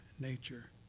nature